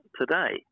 today